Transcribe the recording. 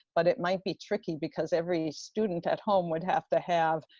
but it might be tricky because every student at home would have to have,